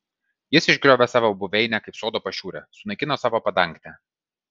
jis išgriovė savo buveinę kaip sodo pašiūrę sunaikino savo padangtę